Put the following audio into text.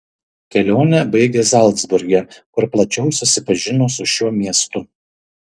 kelionę baigė zalcburge kur plačiau susipažino su šiuo miestu